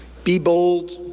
be bold.